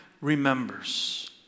remembers